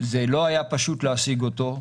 זה לא היה פשוט להשיג אותו,